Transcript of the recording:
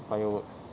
fireworks